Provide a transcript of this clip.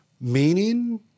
meaning